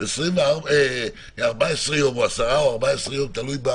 10 ימים או 14 יום, תלוי,